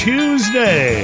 Tuesday